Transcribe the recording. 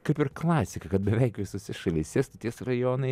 kaip ir klasika kad beveik visose šalyse stoties rajonai